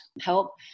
help